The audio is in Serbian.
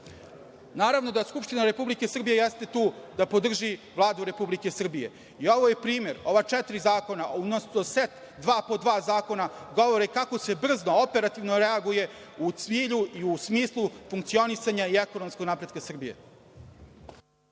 da Skupština Republike Srbije jeste tu da podrži Vladu Republike Srbije i ovo je primer, ova četiri zakona, odnosno set dva po dva zakona govore kako se brzno, operativno reaguje u cilju, u smislu funkcionisanja i ekonomskog napredovanja Srbije.